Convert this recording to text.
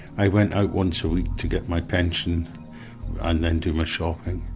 i went out once a week to get my pension and then do my shopping,